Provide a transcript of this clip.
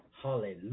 Hallelujah